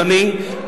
אדוני,